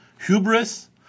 Hubris